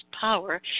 power